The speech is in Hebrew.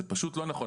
זה פשוט לא נכון.